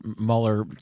Mueller